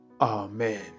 Amen